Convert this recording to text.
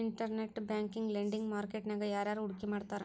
Internet bank lending market ನ್ಯಾಗ ಯಾರ್ಯಾರ್ ಹೂಡ್ಕಿ ಮಾಡ್ತಾರ?